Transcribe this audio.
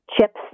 chips